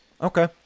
okay